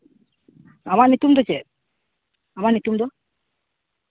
ᱟᱢᱟᱜ ᱧᱩᱛᱩᱢ ᱫᱚ ᱪᱮᱫ ᱟᱢᱟᱜ ᱧᱩᱛᱩᱢ ᱫᱚ